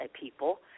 people